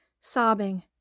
sobbing